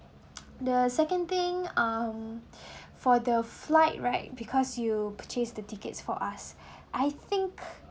the second thing um for the flight right because you purchase the tickets for us I think